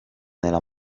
nella